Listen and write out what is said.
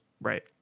Right